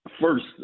first